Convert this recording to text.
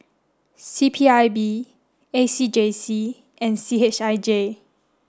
C P I B A C J C and C H I J